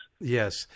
yes